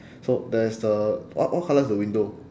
so there is the what what colour is the window